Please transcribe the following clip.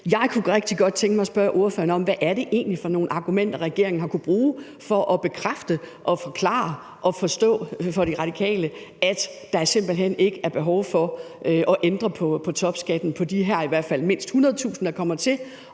Jeg kunne rigtig godt tænke mig at spørge ordføreren om, hvad det egentlig er for nogle argumenter, regeringen har kunnet bruge over for De Radikale for at få dem til at forstå, at der simpelt hen ikke er behov for at ændre på topskatten på de her i hvert fald mindst 100.000, der kommer til